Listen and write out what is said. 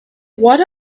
what